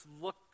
look